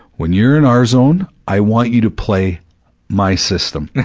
when you're in our zone, i want you to play my system, ok?